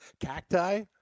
cacti